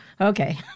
Okay